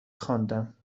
خواندم